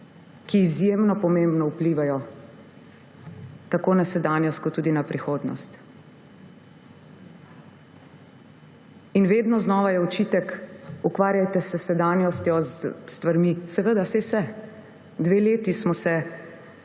ki izjemno pomembno vplivajo tako na sedanjost kot tudi na prihodnost. Vedno znova je očitek, ukvarjajte se s sedanjostjo – seveda, saj se. Dve leti smo se